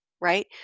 right